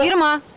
yeah irma.